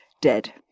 dead